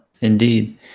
indeed